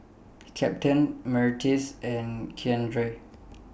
Captain Myrtis and Keandre